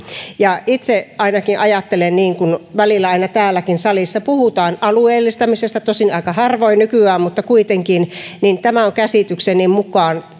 itse ainakin ajattelen niin kun välillä aina täälläkin salissa puhutaan alueellistamisesta tosin aika harvoin nykyään mutta kuitenkin että tämä on käsitykseni mukaan